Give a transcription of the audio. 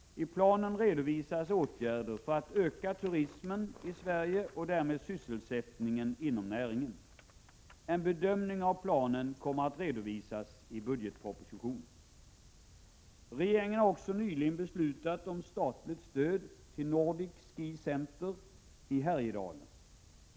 I planen redovisas åtgärder för att öka turismen i Sverige och därmed sysselsättningen inom näringen. En bedömning av planen kommer att redovisas i budgetpropositionen. Regeringen har också nyligen beslutat om statligt stöd till Nordic Ski Center i Härjedalen.